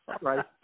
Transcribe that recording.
Right